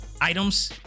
items